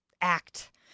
act